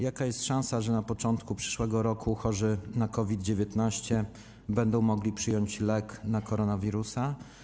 Jaka jest szansa na to, że na początku przyszłego roku chorzy na COVID-19 będą mogli przyjąć lek na koronawirusa?